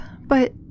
But-